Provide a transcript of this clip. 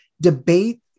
debate